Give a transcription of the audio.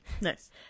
Nice